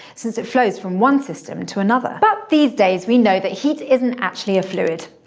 since it flows from one system to another. but these days, we know that heat isn't actually a fluid.